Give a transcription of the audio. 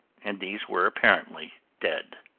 and these were apparently dead.